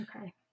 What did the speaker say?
Okay